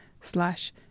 slash